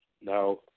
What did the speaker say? Now